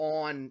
on